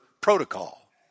protocol